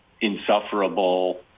insufferable